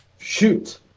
shoot